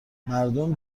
مردم